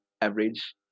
average